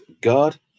God